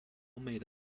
made